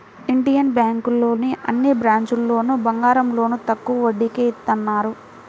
Indian బ్యేంకులోని అన్ని బ్రాంచీల్లోనూ బంగారం లోన్లు తక్కువ వడ్డీకే ఇత్తన్నారు